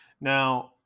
Now